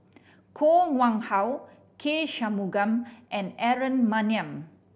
Koh Nguang How K Shanmugam and Aaron Maniam